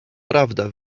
prawda